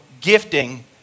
gifting